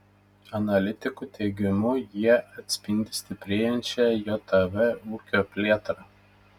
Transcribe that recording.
analitikų teigimu jie atspindi stiprėjančią jav ūkio plėtrą